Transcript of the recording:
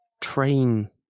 train